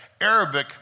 Arabic